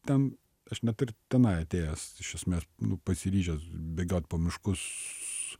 ten aš net ir tenai atėjęs iš esmės nu pasiryžęs bėgiot po miškus